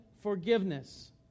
forgiveness